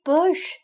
Bush